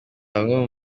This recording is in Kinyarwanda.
bamwe